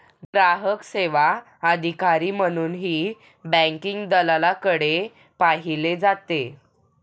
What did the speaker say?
ग्राहक सेवा अधिकारी म्हणूनही बँकिंग दलालाकडे पाहिले जाते